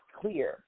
clear